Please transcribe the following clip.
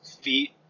Feet